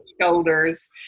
shoulders